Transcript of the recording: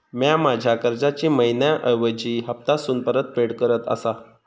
म्या माझ्या कर्जाची मैहिना ऐवजी हप्तासून परतफेड करत आसा